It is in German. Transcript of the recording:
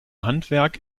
handwerk